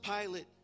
Pilate